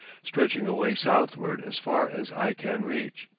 stretching away southward as far as eye can reach.